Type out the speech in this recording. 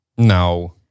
No